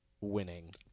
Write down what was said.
winning